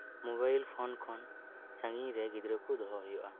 mobile phone ᱠᱷᱚᱱ ᱥᱟᱸᱜᱤᱧ ᱨᱮ ᱜᱤᱫᱽᱨᱟᱹ ᱠᱚ ᱫᱚᱦᱚ ᱦᱩᱭᱩᱜᱼᱟ